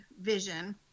vision